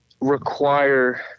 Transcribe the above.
require